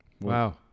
Wow